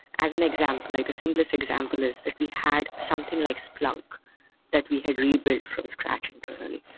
as an example, like the simplest example is that we had something like splunk that we had rebuilt from scratch internally.